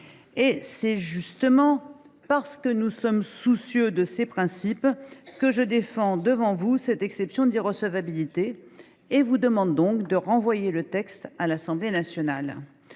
Or c’est justement parce que nous sommes soucieux de ces principes que je défends devant vous cette exception d’irrecevabilité et vous demande donc de renvoyer le texte à l’Assemblée nationale.